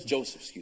Joseph